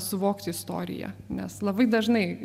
suvokti istoriją nes labai dažnai